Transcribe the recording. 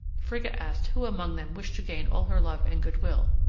frigga asked who among them wished to gain all her love and good will.